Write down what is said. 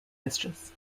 mistress